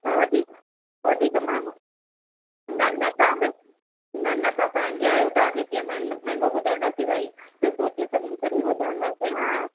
अछा वधीक वधीक महांगो न न तव्हां बिल्कुलु न न ता पंहिंजा आहियो तव्हांखे कीअं मह महांगो ॿुधाईंदासीं भई कुझु सोचे सम्झी करे ई ॿुधाईंदासीं हा